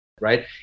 Right